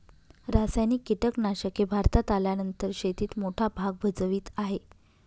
रासायनिक कीटनाशके भारतात आल्यानंतर शेतीत मोठा भाग भजवीत आहे